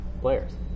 players